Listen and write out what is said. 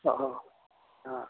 অঁ অঁ অঁ